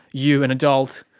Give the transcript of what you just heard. you, an adult,